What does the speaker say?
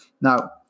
Now